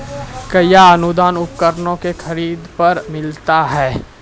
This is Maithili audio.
कया अनुदान उपकरणों के खरीद पर मिलता है?